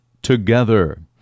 together